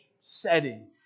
setting